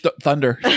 thunder